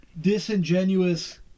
disingenuous